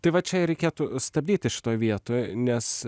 tai va čia ir reikėtų stabdyti šitoj vietoj nes